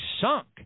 sunk